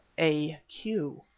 a q.